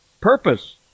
purpose